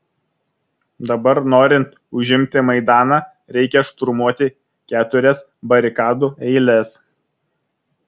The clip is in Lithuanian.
dabar norint užimti maidaną reikia šturmuoti keturias barikadų eiles